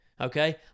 Okay